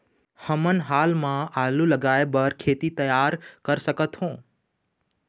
हमन हाल मा आलू लगाइ बर खेत तियार कर सकथों?